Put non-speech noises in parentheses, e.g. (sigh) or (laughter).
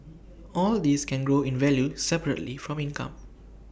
(noise) all these can grow in value separately from income